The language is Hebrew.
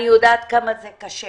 אני יודעת כמה זה קשה.